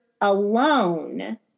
alone